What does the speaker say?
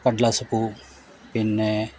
കടലാസ് പൂ പിന്നെ